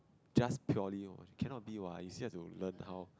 just purely cannot be what you still got to learn how